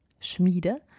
Schmiede